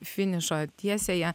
finišo tiesiąją